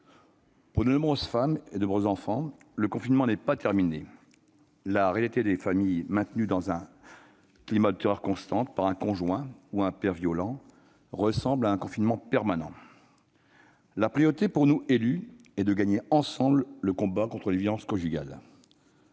Pour de nombreuses femmes et de nombreux enfants, le confinement n'est pas terminé : la réalité quotidienne des familles maintenues dans une terreur constante par un conjoint ou un père violent ressemble à un confinement permanent. La priorité pour nous, élus, est de gagner ensemble le combat contre les violences conjugales.